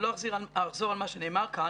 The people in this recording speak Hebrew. אני לא אחזור על מה שנאמר כאן,